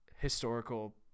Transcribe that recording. historical